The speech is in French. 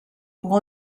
pour